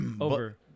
over